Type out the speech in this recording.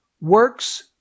Works